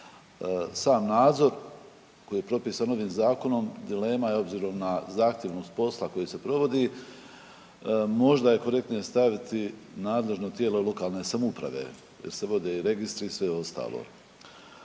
Sam nadzor koji je propisan ovim zakonom dilema je obzirom na zahtjevnost posla koji se provodi, možda je korektnije staviti nadležno tijelo lokalne samouprave jer se vode i registri i sve ostalo.